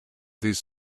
these